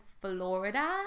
florida